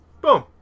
boom